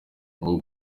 ubu